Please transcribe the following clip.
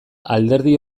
alderdi